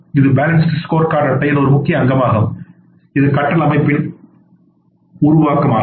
இது balanced score card அட்டையின் ஒரு முக்கிய அங்கமாகும் இது கற்றல் அமைப்பின் உருவாக்கம் ஆகும்